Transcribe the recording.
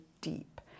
deep